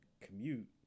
commute